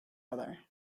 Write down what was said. other